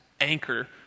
anchor